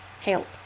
help